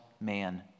man